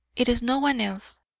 it is no one else.